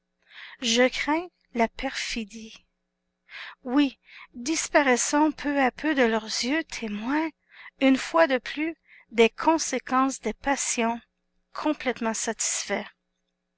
je crains la perfidie oui disparaissons peu à peu de leurs yeux témoin une fois de plus des conséquences des passions complément satisfait